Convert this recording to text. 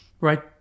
right